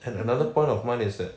and another point of mine is that